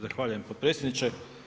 Zahvaljujem potpredsjedniče.